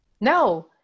No